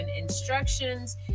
instructions